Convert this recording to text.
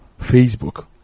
Facebook